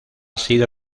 sido